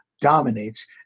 dominates